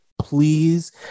please